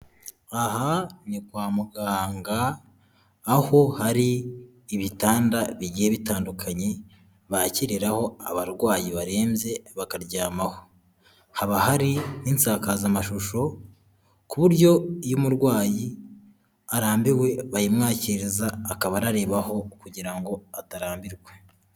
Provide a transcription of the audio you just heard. Aha ni kwa muganga aho hari ibitanda bigiye bitandukanye bakiriraho abarwayi barembye bakaryamaho, haba hari n'isakazamashusho ku buryo iyo umurwayi arambiwe bayimwakiriza akaba ararebaho kugira ngo atarambirwa.